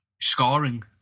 scoring